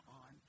on